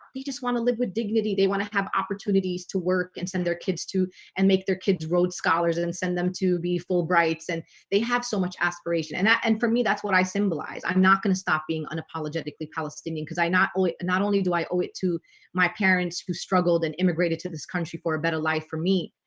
you just want to live with dignity they want to have opportunities to work and send their kids to and make their kids rhodes scholars and send them to be fulbright's and they have so much aspiration and that and for me that's what i symbolize. i'm not gonna stop being unapologetically palestinian because i not only not only do i owe it to my parents who struggled and immigrated to this country for a better life for me.